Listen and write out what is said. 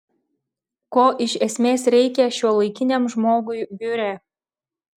ko iš esmės reikia šiuolaikiniam žmogui biure